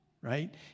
right